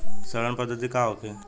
सड़न प्रधौगकी का होखे?